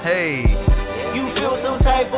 Hey